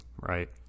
Right